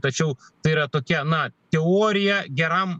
tačiau tai yra tokia na teorija geram